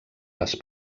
les